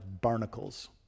barnacles